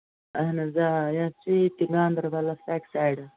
اَہَن حظ آ یَتھ چھُ یہِ تہِ گانٛدربَلَس اَکہِ سایڈٕ